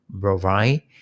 provide